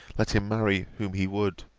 let him marry whom he would.